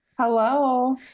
Hello